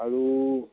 আৰু